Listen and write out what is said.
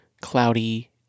cloudy